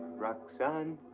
roxane?